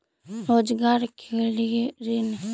रोजगार के लिए ऋण?